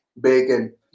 bacon